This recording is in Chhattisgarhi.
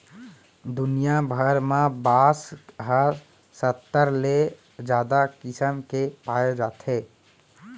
दुनिया भर म बांस ह सत्तर ले जादा किसम के पाए जाथे